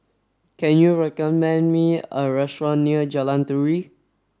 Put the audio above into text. can you recommend me a restaurant near Jalan Turi